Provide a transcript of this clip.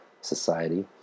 society